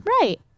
Right